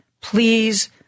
please